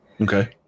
okay